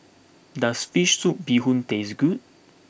does Fish Soup Bee Hoon taste good